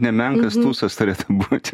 nemenkas tūsas turėtų būt